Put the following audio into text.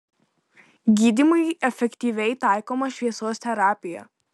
gydymui efektyviai taikoma šviesos terapija